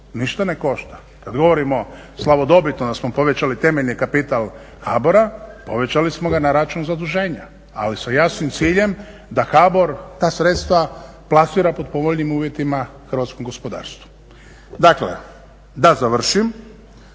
ništa ne košta. Kada govorimo slavodobitno da smo povećali temeljni kapital HBOR-a povećali smo ga na račun zaduženja, ali sa jasnim ciljem da HBOR ta sredstva plasira pod povoljnim uvjetima hrvatskom gospodarstvu. Dakle, da završim,